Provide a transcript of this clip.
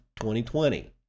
2020